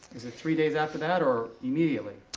is it three days after that or immediately?